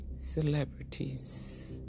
Celebrities